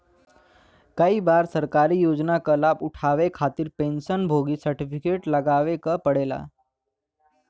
कई बार सरकारी योजना क लाभ उठावे खातिर पेंशन भोगी सर्टिफिकेट लगावे क पड़ेला